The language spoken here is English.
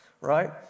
right